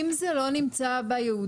אם זה לא נמצא בייעודים,